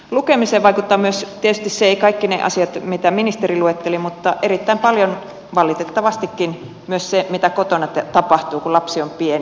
lukemiseen vaikuttavat myös tietysti kaikki ne asiat mitä ministeri luetteli mutta erittäin paljon valitettavastikin myös se mitä kotona tapahtuu kun lapsi on pieni